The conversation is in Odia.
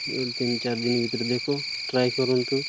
ଗୋଟେ ତିନି ଚାରି ଦିନି ଭିତରେ ଦେଖ ଟ୍ରାଏ କରନ୍ତୁ